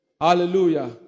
Hallelujah